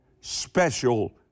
special